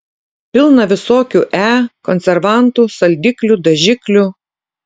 pilna visokių e konservantų saldiklių dažiklių